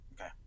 okay